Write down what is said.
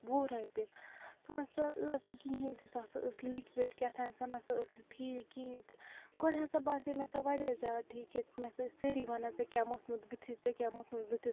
وُہ رۄپیہِ سۄ ہَسا ٲس نہٕ کِہیٖنۍ تہِ سۄ ہَسا ٲسۍ لِکوِڈ کیٚہتٲنۍ سۄ نَہ سا ٲسۍ نہٕ ٹھیٖک کِہیٖنۍ تہِ گۄڈٕ ہسا باسیے مےٚ سۄ واریاہ زیاد ٹھیٖک کہِ مےٚ ہسا ٲسۍ سٲری وَنان ژےٚ کیٛاہ موٚتھمُت بُتھِس ژےٚ کیٛاہ موٚتھمُت بُتھِس